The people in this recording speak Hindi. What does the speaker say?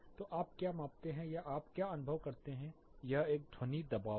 तो आप क्या मापते हैं या आप क्या अनुभव करते हैं यह एक ध्वनि दबाव है